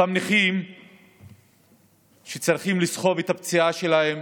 אותם נכים שצריכים לסחוב את הפציעה שלהם